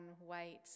white